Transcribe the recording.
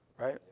Right